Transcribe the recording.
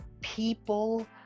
people